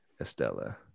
Estella